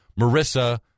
Marissa